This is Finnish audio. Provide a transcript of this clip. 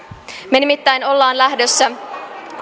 nimittäin olemme lähdössä